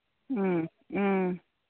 ꯎꯝ ꯎꯝ